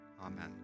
Amen